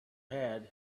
had